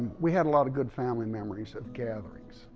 we had a lot of good family memories of gatherings.